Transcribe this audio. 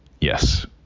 yes